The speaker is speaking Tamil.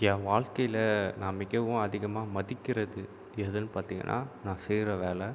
என் வாழ்க்கையில் நான் மிகவும் அதிகமாக மதிக்கிறது எதுன்னு பார்த்திங்கன்னா நான் செய்கிற வேலை